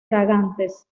fragantes